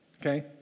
Okay